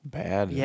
bad